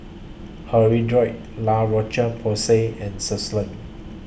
Hirudoid La Roche Porsay and Selsun